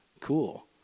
Cool